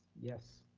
yes.